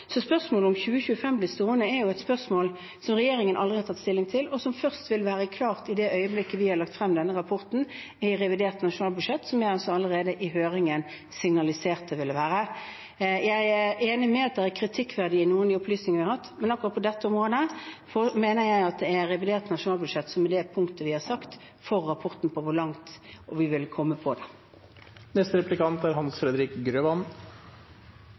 så er det en rekke tiltak videre. Spørsmålet om 2025 blir stående, er et spørsmål som regjeringen aldri har tatt stilling til, og som først vil være klart i det øyeblikket vi har lagt frem rapporten i revidert nasjonalbudsjett, som jeg allerede i høringen signaliserte ville komme. Jeg er enig i at noen av opplysningene vi har hatt, har vært kritikkverdige, men akkurat på dette området mener jeg at revidert nasjonalbudsjett er det tidspunktet vi har satt for rapporten og for hvor langt vi vil komme med det.